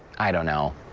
i don't know.